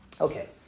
Okay